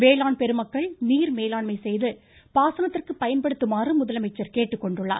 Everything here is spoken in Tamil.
வேளாண் பெருமக்கள் நீர் மேலாண்மை செய்து பாசனத்திற்கு பயன்படுத்துமாறு முதலமைச்சர் கேட்டுக்கொண்டுள்ளார்